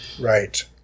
Right